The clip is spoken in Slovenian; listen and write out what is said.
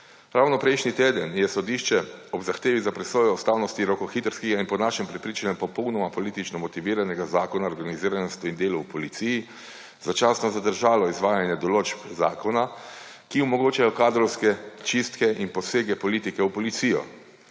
Ravno prejšnji teden je sodišče ob zahtevi za presojo ustavnosti rokohitrskega in po našem prepričanju popolnoma politično motiviranega Zakona o organiziranosti in delu v Policiji začasno zadržalo izvajanje določb zakona, ki omogočajo kadrovske čistke in posege politike v policijo.